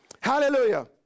Hallelujah